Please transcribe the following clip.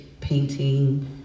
painting